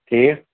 ٹھیٖک